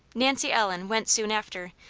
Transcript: nancy ellen went soon after,